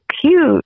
cute